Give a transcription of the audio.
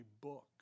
book